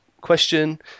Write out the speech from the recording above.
question